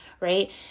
right